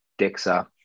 dexa